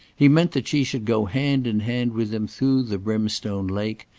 he meant that she should go hand in hand with him through the brimstone lake,